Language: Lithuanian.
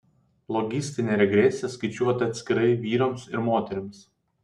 logistinė regresija skaičiuota atskirai vyrams ir moterims